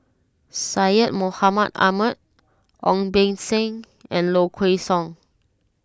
Syed Mohamed Ahmed Ong Beng Seng and Low Kway Song